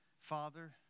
Father